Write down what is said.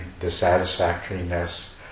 dissatisfactoriness